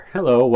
Hello